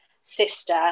sister